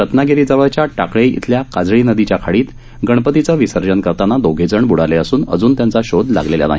रत्नागिरीजवळच्या टाकळे इथल्या काजळी नदीच्या खाडीत गणपतीचं विसर्जन करताना दोघेजण ब्डाले असून अजून त्यांचा शोध लागलेला नाही